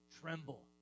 tremble